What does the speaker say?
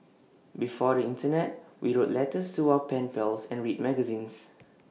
before the Internet we wrote letters to our pen pals and read magazines